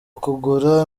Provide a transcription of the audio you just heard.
kugura